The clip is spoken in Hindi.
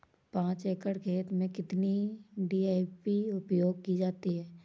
पाँच एकड़ खेत में कितनी डी.ए.पी उपयोग की जाती है?